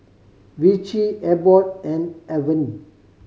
Vichy Abbott and Avene